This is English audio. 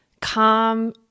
calm